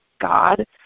God